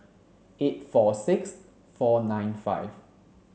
eight four six four nine five